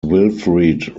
wilfrid